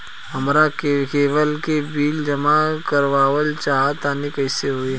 हमरा केबल के बिल जमा करावल चहा तनि कइसे होई?